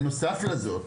בנוסף לזאת,